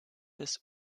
des